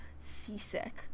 seasick